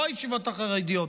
לא הישיבות החרדיות,